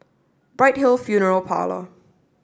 Bright Hill Funeral Parlor